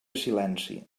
silenci